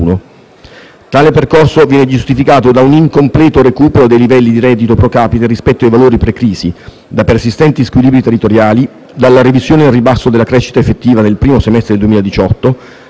Tale percorso viene giustificato da un incompleto recupero dei livelli di reddito procapite rispetto ai valori pre-crisi, da persistenti squilibri territoriali, dalla revisione al ribasso della crescita effettiva nel primo semestre del 2018,